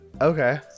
Okay